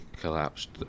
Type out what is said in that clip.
collapsed